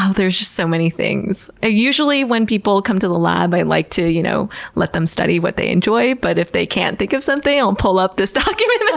there's just so many things. ah usually when people come to the lab i like to you know let them study what they enjoy, but if they can't think of something, i'll pull up this document but